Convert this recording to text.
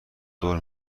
دور